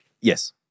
Yes